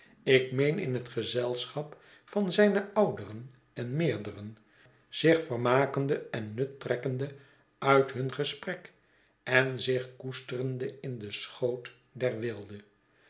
ik meen in het gezelschap van zijne ouderen en meerderen zich vermakende en nut trekkende uit hun gesprek en zich koesterende in den schoot der weelde